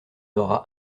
aura